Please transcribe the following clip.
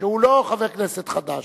שהוא לא חבר כנסת חדש,